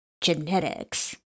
Genetics